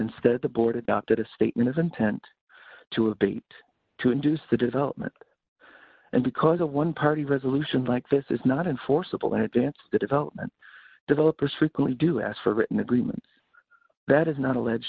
instead the board adopted a statement of intent to abate to induce the development and because a one party resolution like this is not enforceable in advance the development developers frequently do ask for a written agreement that is not allege